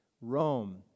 Rome